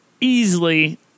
easily